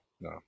no